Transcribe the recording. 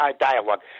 dialogue